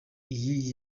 iyi